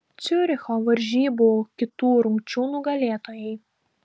ciuricho varžybų kitų rungčių nugalėtojai